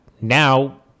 now